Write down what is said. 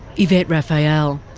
yvette raphael.